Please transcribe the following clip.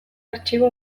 artxibo